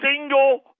single